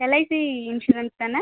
LIC insurance தான